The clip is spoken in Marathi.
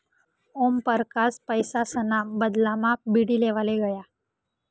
ओमपरकास पैसासना बदलामा बीडी लेवाले गया